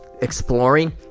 exploring